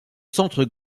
centre